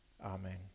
Amen